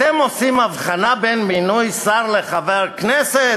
אתם עושים הבחנה בין מינוי שר למינוי חבר כנסת.